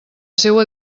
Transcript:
seua